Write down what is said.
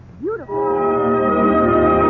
beautiful